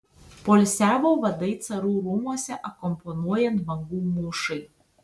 poilsiavo vadai carų rūmuose akompanuojant bangų mūšai